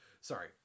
Sorry